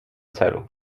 celu